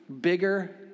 bigger